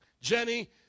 Jenny